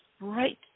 right